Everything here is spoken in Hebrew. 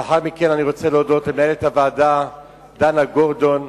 לאחר מכן אני רוצה להודות למנהלת הוועדה דנה גורדון,